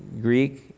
Greek